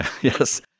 Yes